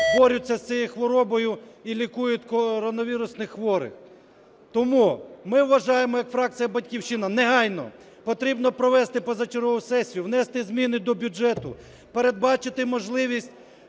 борються з цією хворобою і лікують коронавірусних хворих. Тому ми вважаємо як фракція "Батьківщина", негайно потрібно провести позачергову сесію, внести зміни до бюджету, передбачити можливість